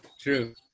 true